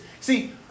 See